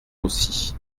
aussi